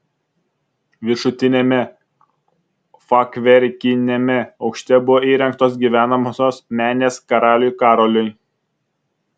viršutiniame fachverkiniame aukšte buvo įrengtos gyvenamosios menės karaliui karoliui